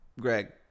Greg